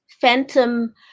phantom